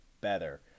better